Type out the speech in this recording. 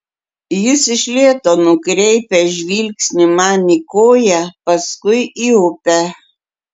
jis iš lėto nukreipia žvilgsnį man į koją paskui į upę